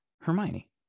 hermione